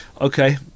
Okay